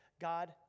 God